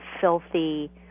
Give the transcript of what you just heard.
filthy